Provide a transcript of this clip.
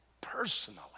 personally